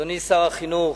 אדוני שר החינוך,